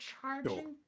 charging